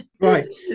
Right